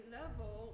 level